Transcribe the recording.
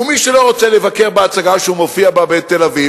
ומי שלא רוצה לבקר בהצגה שהוא מופיע בה בתל-אביב,